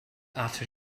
after